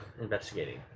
investigating